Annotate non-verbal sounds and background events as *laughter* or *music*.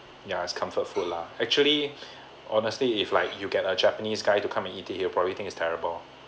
ya it's comfort food lah actually *breath* honestly if like you get a japanese guy to come and eat it he probably think it's terrible